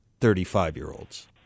35-year-olds